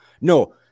No